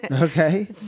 Okay